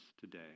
today